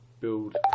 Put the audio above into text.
build